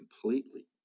completely